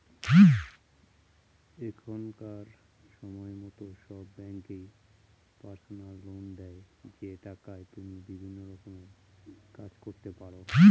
এখনকার সময়তো সব ব্যাঙ্কই পার্সোনাল লোন দেয় যে টাকায় তুমি বিভিন্ন রকমের কাজ করতে পারো